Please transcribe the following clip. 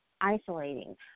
isolating